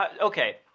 Okay